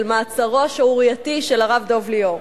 מעצרו השערורייתי של הרב דב ליאור.